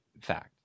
fact